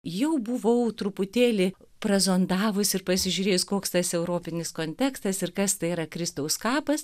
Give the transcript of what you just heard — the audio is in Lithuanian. jau buvau truputėlį prazondavus ir pasižiūrės koks tas europinis kontekstas ir kas tai yra kristaus kapas